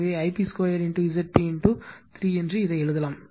எனவே I p 2 Zp 3 இதை எழுதலாம்